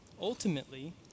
Ultimately